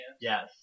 Yes